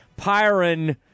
Pyron